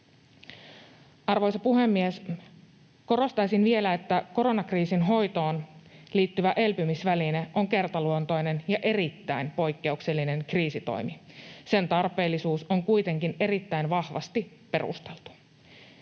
Arvoisa puhemies! Korostaisin vielä, että koronakriisin hoitoon liittyvä elpymisväline on kertaluontoinen ja erittäin poikkeuksellinen kriisitoimi. Sen tarpeellisuus on kuitenkin erittäin vahvasti perusteltu.